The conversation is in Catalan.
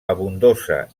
abundosa